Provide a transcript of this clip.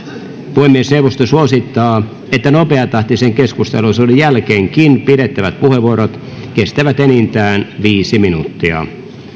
puhemiesneuvosto suosittaa että nopeatahtisen keskusteluosuuden jälkeenkin pidettävät puheenvuorot kestävät enintään viisi minuuttia